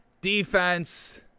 Defense